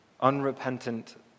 unrepentant